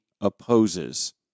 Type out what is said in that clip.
opposes